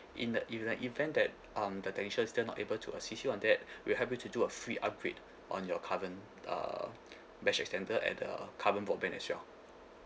in the in the event that um the technician is still not able to assist you on that we'll help you to do a free upgrade on your current uh mesh extender and the current broadband as well